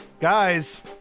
Guys